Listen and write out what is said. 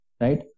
right